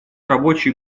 рабочей